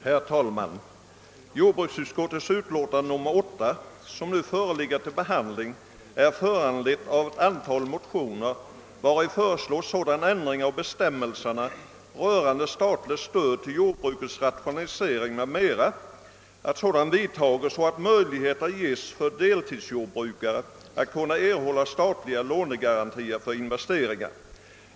Herr talman! Jordbruksutskottets utlåtande nr 8, som nu föreligger till behandling, är föranlett av ett antal motioner, vari föreslås att sådan ändring görs av bestämmelserna rörande statligt stöd till jordbrukets rationalisering m.m. att möjligheter ges för deltidsjordbrukare att erhålla statliga lånegarantier för investeringar.